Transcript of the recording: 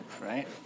Right